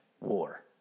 war